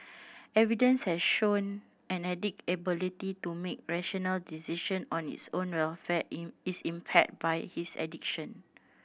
evidence has shown an addict ability to make rational decision on his own welfare is impaired by his addiction